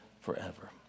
forever